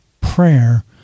prayer